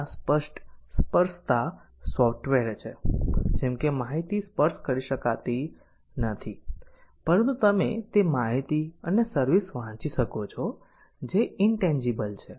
ત્યાં સ્પષ્ટ સ્પર્શતા સોફ્ટવેર છે જેમ કે માહિતી સ્પર્શ કરી શકાતી નથી પરંતુ તમે તે માહિતી અને સર્વિસ વાંચી શકો છો જે ઇન્તેન્જીબલ છે